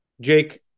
jake